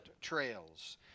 trails